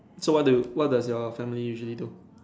so what do what does your family usually do